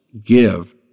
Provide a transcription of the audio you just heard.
give